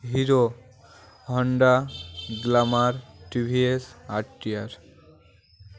Hero Honda glamour T V S R T R